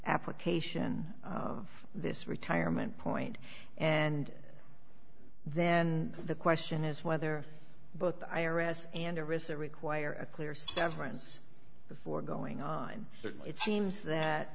application of this retirement point and then the question is whether both the i r s and a receipt require a clear severance before going on it seems